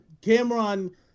Cameron